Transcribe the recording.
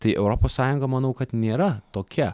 tai europos sąjunga manau kad nėra tokia